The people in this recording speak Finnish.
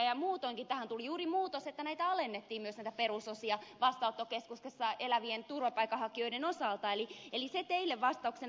ja muutoinkin tähän tuli juuri muutos että alennettiin myös näitä perusosia vastaanottokeskuksessa elävien turvapaikanhakijoiden osalta eli se teille vastauksena